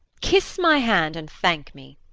kiss my hand and thank me!